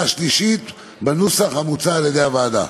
השלישית בנוסח המוצע על-ידי הוועדה.